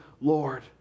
Lord